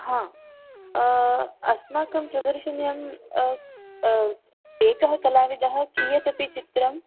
हा अस्माकं प्रदर्शिन्यां एकः कलाविदः कीयदपि चित्रं